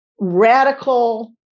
radical